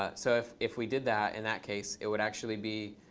ah so if if we did that in that case, it would actually be